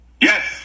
Yes